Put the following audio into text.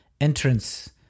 entrance